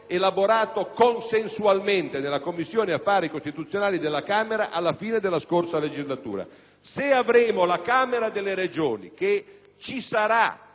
elaborato consensualmente nella Commissione affari costituzionali della Camera alla fine della scorsa legislatura. Se avremo la Camera delle Regioni già